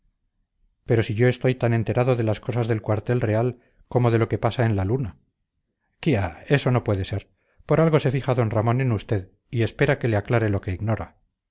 pero si yo estoy tan enterado de las cosas del cuartel real como de lo que pasa en la luna quia eso no puede ser por algo se fija d ramón en usted y espera que le aclare lo que ignora